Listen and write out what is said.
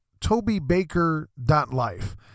tobybaker.life